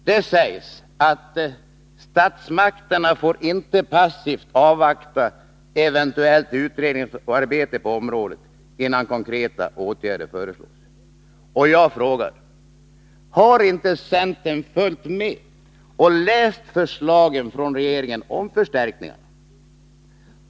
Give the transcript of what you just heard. Där sägs: ”Statsmakterna får inte passivt avvakta eventuellt utredningsarbete på området innan konkreta åtgärder vidtas.” Jag frågar: Har inte centern följt med och läst förslagen från regeringen om förstärkningar?